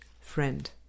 Friend